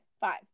Five